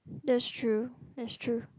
that's true that's true